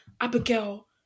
Abigail